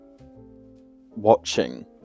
watching